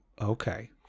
okay